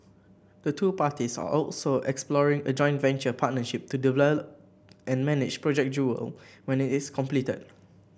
the two parties are also exploring a joint venture partnership to develop and manage Project Jewel when it is completed